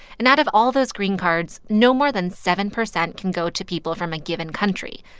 and out of all those green cards, no more than seven percent can go to people from a given country.